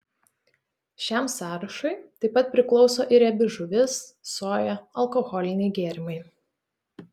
šiam sąrašui taip pat priklauso ir riebi žuvis soja alkoholiniai gėrimai